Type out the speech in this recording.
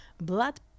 blood